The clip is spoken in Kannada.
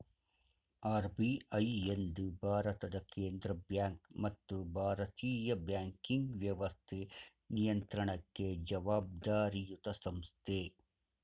ಆರ್.ಬಿ.ಐ ಎಂದು ಭಾರತದ ಕೇಂದ್ರ ಬ್ಯಾಂಕ್ ಮತ್ತು ಭಾರತೀಯ ಬ್ಯಾಂಕಿಂಗ್ ವ್ಯವಸ್ಥೆ ನಿಯಂತ್ರಣಕ್ಕೆ ಜವಾಬ್ದಾರಿಯತ ಸಂಸ್ಥೆ